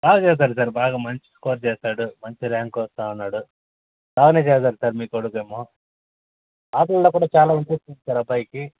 అదే sir sir బాగా మంచి స్కోర్ చేస్తాడు మంచి ర్యాంక్ వస్తున్నాడు బాగానే చదువుతాడు సార్ మీ కోడుకేమో ఆటలలో కూడా చాలా ఇంట్రెస్ట్ ఉంది సార్ అబ్బాయికి